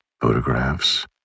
photographs